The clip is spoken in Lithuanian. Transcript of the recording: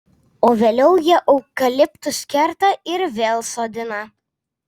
o vėliau jie eukaliptus kerta ir vėl sodina